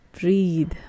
breathe